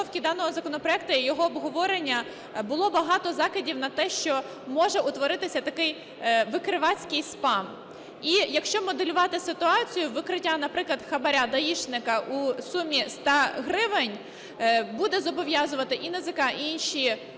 підготовки даного законопроекту і його обговорення було багато закидів на те, що може утворитися такий викривацький спам. І якщо моделювати ситуацію викриття, наприклад, хабара даішнику у сумі 100 гривень, буде зобов'язувати і НАЗК, і інші органи